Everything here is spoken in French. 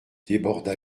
déborda